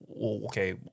okay